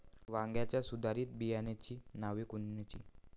वांग्याच्या सुधारित बियाणांची नावे कोनची?